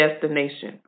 destination